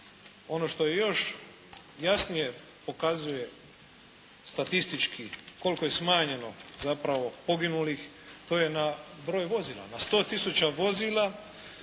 Ono što još jasnije pokazuje statistički koliko je smanjeno zapravo poginulih, to je na broj vozila. Na 100 tisuća vozila